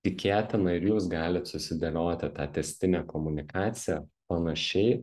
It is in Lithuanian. tikėtina ir jūs galit susidėlioti tą tęstinę komunikaciją panašiai